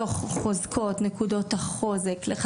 תוך חוזקות לנקודות החוזק של הילד,